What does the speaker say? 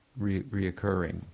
reoccurring